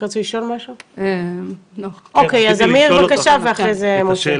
אמיר ואחרי זה משה.